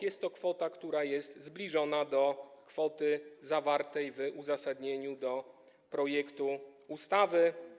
Jest to kwota, która jest zbliżona do kwoty zawartej w uzasadnieniu do projektu ustawy.